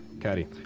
catty.